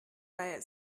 bei